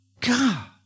God